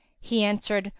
he answered,